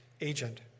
agent